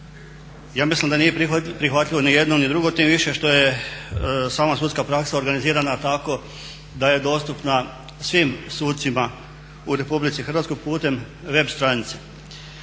Ja mislim da nije prihvatljivo niti jedno ni drugo, tim više što je sama sudska praksa organizirana tako da je dostupna svim sucima u Republici Hrvatskoj putem web stranice.